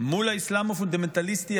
מול האסלאם הפונדמנטליסטי,